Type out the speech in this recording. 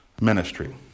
ministry